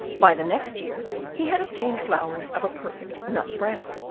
by the next year he had obtained flowers of a perfect nut-brown,